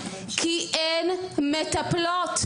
כי אין מטפלות.